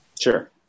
Sure